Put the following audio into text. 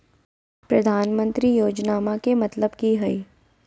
प्रधानमंत्री योजनामा के मतलब कि हय?